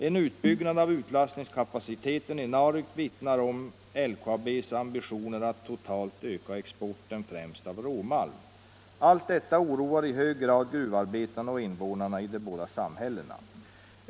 En utbyggnad av utlastningskapaciteten i Narvik vittnar om LKAB:s ambitioner att totalt öka exporten, främst av råmalm. Allt detta oroar i hög grad gruvarbetarna och invånarna i de båda samhällena.